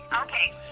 okay